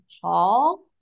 tall